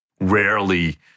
Rarely